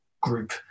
group